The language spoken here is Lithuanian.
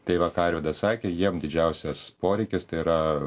tai va ką arvydas sakė jiem didžiausias poreikis tai yra